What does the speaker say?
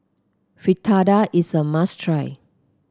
Fritada is a must try